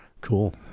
Cool